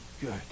good